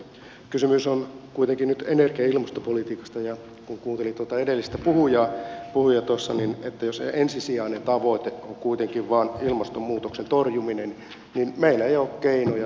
kysymys on kuitenkin nyt energia ja ilmastopolitiikasta ja kun kuuntelin tuota edellistä puhujaa että jos ensisijainen tavoite on kuitenkin vain ilmastonmuutoksen torjuminen niin meillä ei ole keinoja siihen suomessa